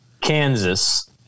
Kansas